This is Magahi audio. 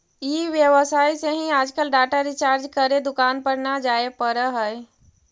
ई व्यवसाय से ही आजकल डाटा रिचार्ज करे दुकान पर न जाए पड़ऽ हई